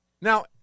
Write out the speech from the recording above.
Now